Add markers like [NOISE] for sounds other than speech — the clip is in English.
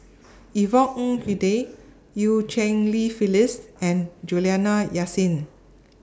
[NOISE] Yvonne Ng Uhde EU Cheng Li Phyllis and Juliana Yasin